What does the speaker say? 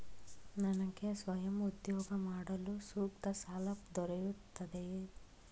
ನನಗೆ ಸ್ವಯಂ ಉದ್ಯೋಗ ಮಾಡಲು ಸೂಕ್ತ ಸಾಲ ದೊರೆಯುತ್ತದೆಯೇ?